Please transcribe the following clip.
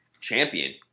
champion